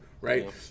right